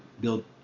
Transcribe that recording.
build